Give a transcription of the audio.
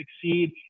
succeed